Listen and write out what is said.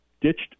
ditched